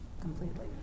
completely